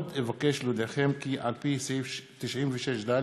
עוד אבקש להודיעכם כי על-פי סעיף 96(ד)